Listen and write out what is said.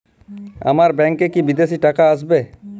আমার ব্যংকে কি বিদেশি টাকা আসবে?